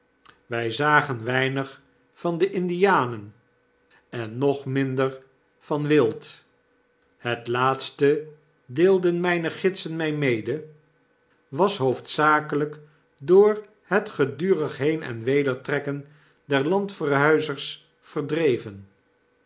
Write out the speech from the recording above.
wy zagen weinig van de indianen en nog minder van wild het laatste deelden mijne gidsen mij mede was hoofdzakelyk door hetgedurigheen en weder trekken der landverhuizers verdreven